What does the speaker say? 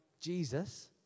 Jesus